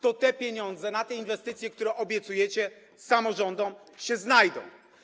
to pieniądze na te inwestycje, które obiecujecie samorządom, się znajdą.